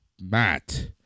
Matt